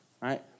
right